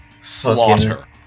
Slaughter